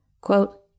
Quote